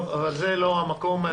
אבל זה לא המקום.